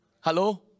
Hello